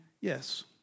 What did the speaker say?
yes